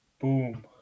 Boom